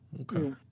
Okay